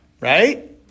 Right